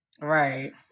right